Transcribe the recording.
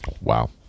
Wow